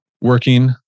working